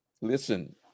Listen